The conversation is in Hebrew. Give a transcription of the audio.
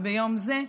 וביום זה,